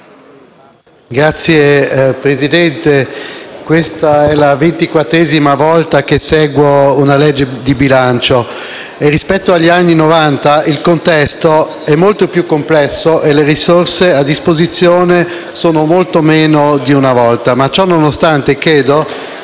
Signor Presidente, questa è la ventiquattresima volta che seguo una legge di bilancio. Rispetto agli anni Novanta il contesto è molto più complesso e le risorse a disposizione sono molto meno di una volta. Ciononostante, credo